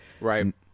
right